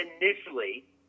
initially